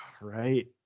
Right